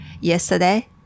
yesterday